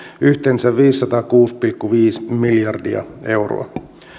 yhteensä viisisataakuusi pilkku viisi miljardia euroa